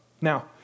Now